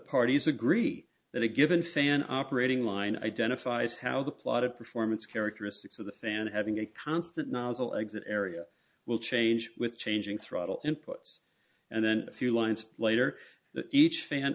parties agree that a given fan operating line identifies how the plot of performance characteristics of the fan having a constant nozzle exit area will change with changing throttle input and then a few lines later that each fan